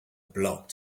blocked